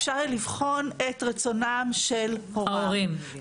אפשר לבחון את רצונם של הוריו.